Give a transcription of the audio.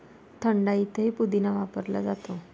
थंडाईतही पुदिना वापरला जातो